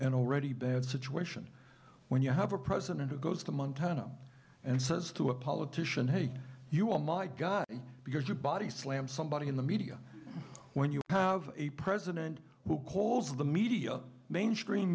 an already bad situation when you have a president who goes to montana and says to a politician hey you all my guy because your body slam somebody in the media when you have a president who calls the media mainstream